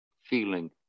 feeling